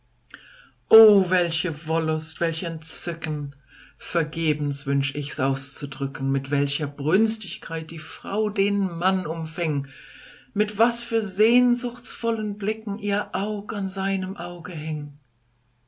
o welche wollust welch entzücken vergebens wünsch ichs auszudrücken mit welcher brünstigkeit die frau den mann umfing mit was für sehnsuchtsvollen blicken ihr aug an seinem auge hing